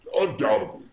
undoubtedly